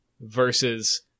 versus